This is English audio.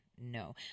No